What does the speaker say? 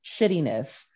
shittiness